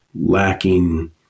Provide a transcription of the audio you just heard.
lacking